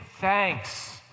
thanks